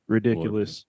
Ridiculous